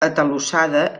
atalussada